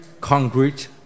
concrete